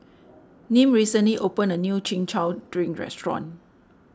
Nim recently opened a new Chin Chow Drink restaurant